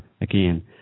again